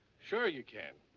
sure you can.